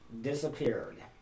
disappeared